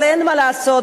אבל אין מה לעשות,